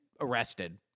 arrested